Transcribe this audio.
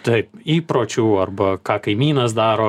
taip įpročių arba ką kaimynas daro